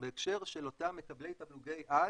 הם היו בהקשר של אותם מקבלי תמלוגי-על